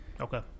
Okay